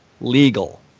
legal